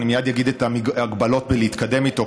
אני מייד אגיד מה ההגבלות בלהתקדם איתו,